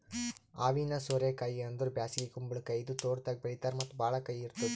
ಹಾವಿನ ಸೋರೆ ಕಾಯಿ ಅಂದುರ್ ಬ್ಯಾಸಗಿ ಕುಂಬಳಕಾಯಿ ಇದು ತೋಟದಾಗ್ ಬೆಳೀತಾರ್ ಮತ್ತ ಭಾಳ ಕಹಿ ಇರ್ತುದ್